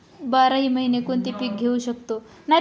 बाराही महिने कोणते पीक घेवू शकतो?